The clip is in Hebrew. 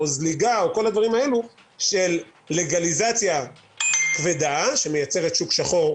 זליגה וכדומה של לגליזציה כבדה שמייצרת שוק שחור,